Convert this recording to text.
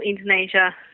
Indonesia